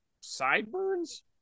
sideburns